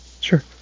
Sure